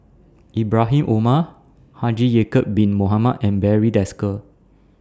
Ibrahim Omar Haji Ya'Acob Bin Mohamed and Barry Desker